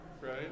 right